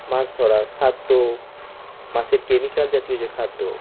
মাছ ধরা খাদ্য মাছের কেমিক্যাল জাতীয় যে খাদ্য